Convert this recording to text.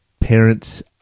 parents